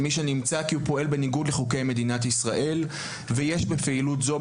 'מי שנמצא כי הוא פועל בניגוד לחוקי מדינת ישראל ויש בפעילות זו,